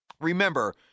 remember